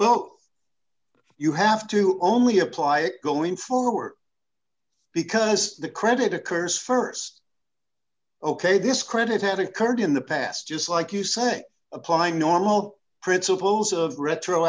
of you have to only apply it going forward because the credit occurs st ok this credit had occurred in the past just like you say applying normal principles of retro